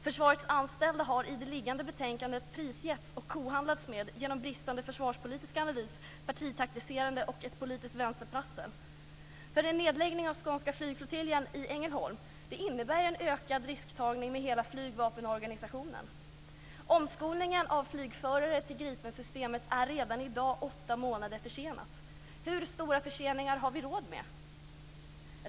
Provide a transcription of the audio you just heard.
Försvarets anställda har i det liggande betänkandet prisgetts och kohandlats med på grund av en bristande försvarspolitisk analys, partitaktiserande och politiskt vänsterprassel! En nedläggning av Skånska flygflottiljen i Ängelholm innebär en ökad risktagning med hela flygvapenorganisationen. Omskolningen av flygförare till Gripensystemet är redan i dag åtta månader försenat. Hur stora förseningar har vi råd med?